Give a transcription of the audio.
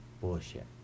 Bullshit